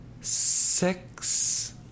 six